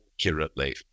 accurately